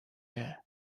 air